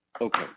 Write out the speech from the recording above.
Okay